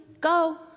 go